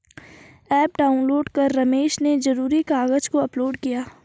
app download कर रमेश ने ज़रूरी कागज़ को अपलोड किया